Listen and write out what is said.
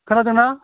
खोनादोंना